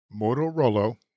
Motorola